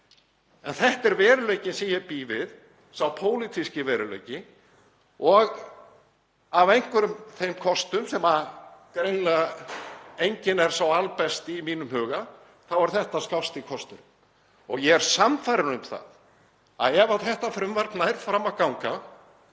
En þetta er veruleikinn sem ég bý við, sá pólitíski veruleiki, og af einhverjum þeim kostum, greinilega enginn sá albesti í mínum huga, er þetta skásti kosturinn. Ég er sannfærður um það að ef þetta frumvarp nær fram að ganga